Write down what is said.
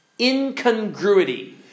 incongruity